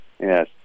Yes